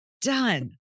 Done